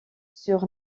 sur